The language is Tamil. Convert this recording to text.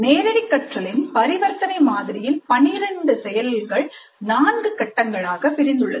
நேரடி கற்றலின் பரிவர்த்தனை மாதிரியில் பன்னிரண்டு செயல்கள் நான்கு கட்டங்களாக பிரிந்துள்ளது